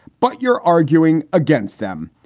but you're arguing against them.